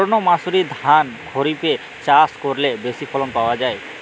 সর্ণমাসুরি ধান খরিপে চাষ করলে বেশি ফলন পাওয়া যায়?